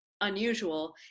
unusual